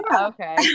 okay